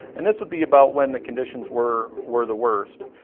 and this would be about when the conditions were were the worst.